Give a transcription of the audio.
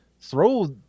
throw